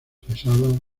pesada